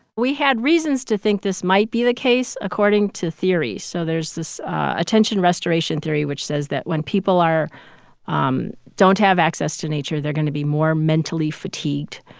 we had reasons to think this might be the case according to theories. so there's this attention restoration theory, which says that when people are um don't have access to nature, they're going to be more mentally fatigued.